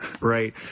Right